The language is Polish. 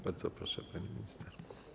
Bardzo proszę, pani minister.